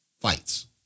fights